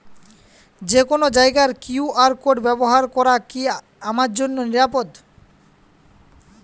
যে কোনো জায়গার কিউ.আর কোড ব্যবহার করা কি আমার জন্য নিরাপদ?